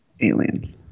Alien